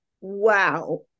Wow